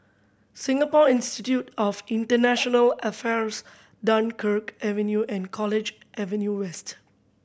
Singapore Institute of International Affairs Dunkirk Avenue and College Avenue West